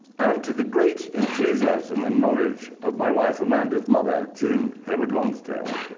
and to the great enthusiasm and knowledge of my wife, amanda's, mother, june heywood longsdale,